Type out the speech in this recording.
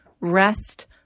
rest